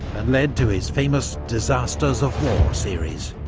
and led to his famous disasters of war series.